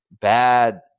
bad